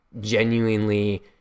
genuinely